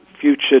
future